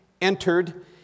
entered